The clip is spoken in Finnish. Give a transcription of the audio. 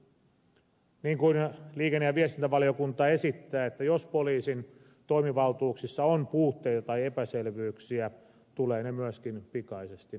niin kuin liikenne ja viestintävaliokunta esittää jos poliisin toimivaltuuksissa on puutteita tai epäselvyyksiä tulee ne myöskin pikaisesti selvittää